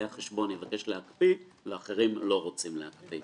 החשבון יבקש להקפיא ואחרים לא רוצים להקפיא.